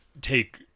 take